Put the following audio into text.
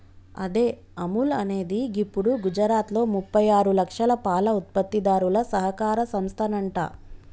అదే అముల్ అనేది గిప్పుడు గుజరాత్లో ముప్పై ఆరు లక్షల పాల ఉత్పత్తిదారుల సహకార సంస్థనంట